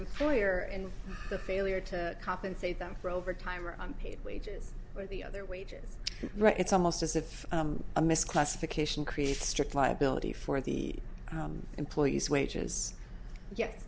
employer and the failure to compensate them for overtime or unpaid wages or the other wages right it's almost as if a misclassification creates strict liability for the employees wages